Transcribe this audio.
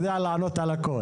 הוא יודע לענות על הכול,